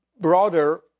broader